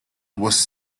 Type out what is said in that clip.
was